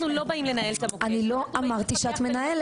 אנחנו לא באים לנהל את המוקד --- אני לא אמרתי שאת מנהלת.